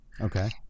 Okay